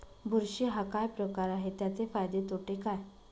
बुरशी हा काय प्रकार आहे, त्याचे फायदे तोटे काय?